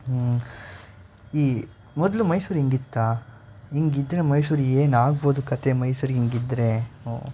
ಹ್ಞೂ ಈ ಮೊದಲು ಮೈಸೂರು ಹಿಂಗಿತ್ತಾ ಹಿಂಗಿದ್ರೆ ಮೈಸೂರು ಏನು ಆಗ್ಬೋದು ಕತೆ ಮೈಸೂರು ಹಿಂಗಿದ್ರೆ ಹ್ಞೂ